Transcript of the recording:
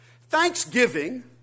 thanksgiving